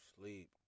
sleep